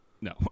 No